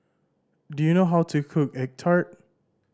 do you know how to cook egg tart